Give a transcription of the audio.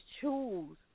choose